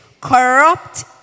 corrupt